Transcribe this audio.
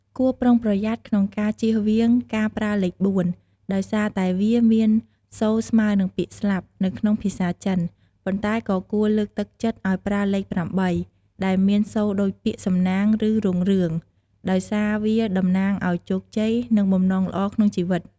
គួរប្រុងប្រយ័ត្នក្នុងការជៀសវាងការប្រើលេខ ៤ ដោយសារតែវាមានសូរស្មើនឹងពាក្យ "ស្លាប់" នៅក្នុងភាសាចិន ប៉ុន្តែក៏គួរលើកទឹកចិត្តឲ្យប្រើលេខ ៨ ដែលមានសូរដូចពាក្យ "សំណាង" ឬ "រុងរឿង" ដោយសារវាតំណាងឲ្យជោគជ័យ និងបំណងល្អក្នុងជីវិត។